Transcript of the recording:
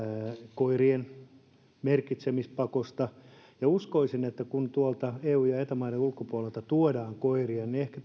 koirien merkitsemispakosta uskoisin että kun tuolta eu ja ja eta maiden ulkopuolelta tuodaan koiria niin ehkä